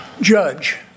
Judge